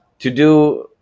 to do